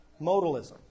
Modalism